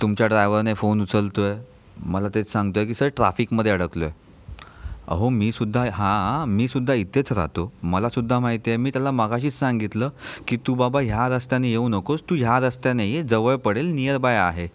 तुमच्या ड्राइवरने फोन उचलत आहे मला तेच सांगत आहे की सर ट्राफिकमध्ये अडकलो आहे अहो मी सुद्धा हा हा मी सुद्धा इथेच राहतो मला सुद्धा माहिती आहे मी त्याला मघाशीच सांगितलं की तू बाबा ह्या रस्त्याने येऊ नकोस तू ह्या रस्त्याने ये जवळ पडेल नियर बाय आहे